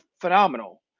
phenomenal